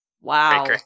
Wow